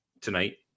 tonight